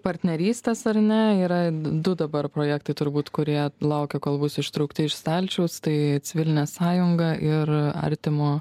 partnerystės ar ne yra du dabar projektai turbūt kurie laukia kol bus ištraukti iš stalčiaus tai civilinė sąjunga ir artimo